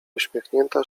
uśmiechnięta